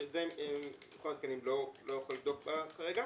שאת זה מכון התקנים לא יכול לבדוק כרגע.